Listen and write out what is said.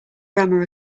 grammar